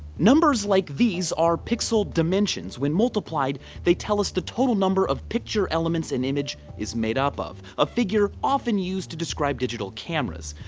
numbers like these are pixel dimensions. when multiplied they tell us the total number of picture elements an image is made up of. a figure often used to describe digital cameras.